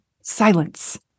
silence